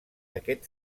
aquest